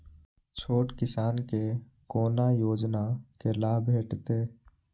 छोट किसान के कोना योजना के लाभ भेटते?